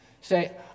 say